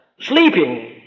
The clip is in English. sleeping